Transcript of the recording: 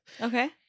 Okay